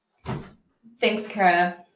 thanks, kara.